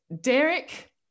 Derek